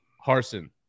Harson